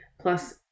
plus